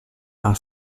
are